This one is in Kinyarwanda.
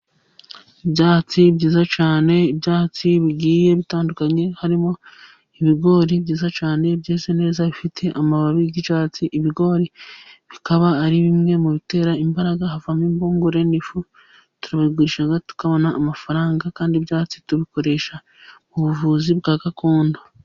Ibyatsi byiza cyane. Ibyatsi bigiye bitandukanye harimo ibigori byiza cyane byeze neza bifite amababi y'icyatsi. Ibigori bikaba ari bimwe mu bitera imbaraga havamo imbungure n'ifu, turabigurisha tukabona amafaranga kandi ibyatsi tubikoresha mu buvuzi bwa gakondo.